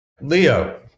Leo